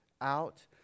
out